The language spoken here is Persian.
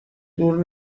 دور